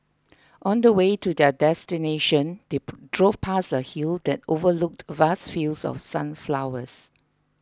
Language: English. on the way to their destination they drove past a hill that overlooked vast fields of sunflowers